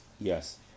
Yes